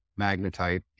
magnetite